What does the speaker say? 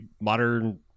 modern